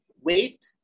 wait